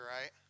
right